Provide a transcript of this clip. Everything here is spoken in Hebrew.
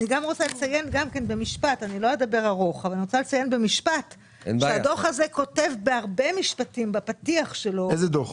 אני גם רוצה לציין במשפט שבדוח הירש נכתב במשפטים רבים בפתיח שלו,